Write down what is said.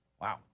Wow